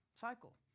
cycle